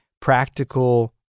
practical